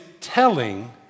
telling